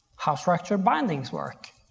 how structured bindings work